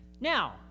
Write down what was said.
Now